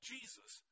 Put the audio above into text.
Jesus